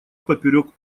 поперек